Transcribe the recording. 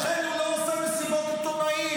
לכן הוא לא עושה מסיבות עיתונאים,